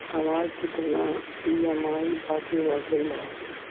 हमार कितना ई ई.एम.आई बाकी रह गइल हौ?